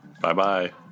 Bye-bye